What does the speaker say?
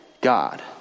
God